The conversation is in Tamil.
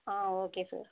ah okay sir